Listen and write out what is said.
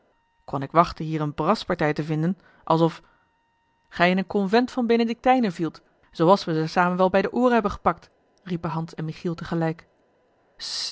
kon ik wachten hier eene braspartij te vinden alsof gij in een convent van benedictijnen vielt zooals we ze samen wel bij de ooren hebben gepakt riepen hans en